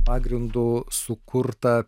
pagrindu sukurtą